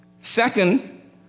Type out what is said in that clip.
Second